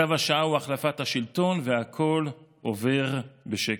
צו השעה הוא החלפת השלטון, והכול עובר בשקט.